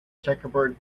checkerboard